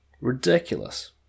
Ridiculous